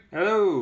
Hello